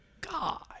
God